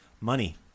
Money